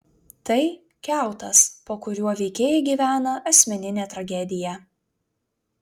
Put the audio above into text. tai kiautas po kuriuo veikėjai gyvena asmeninę tragediją